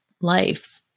life